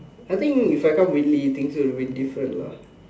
I think if I come Whitley I think so it will be abit different lah